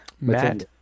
Matt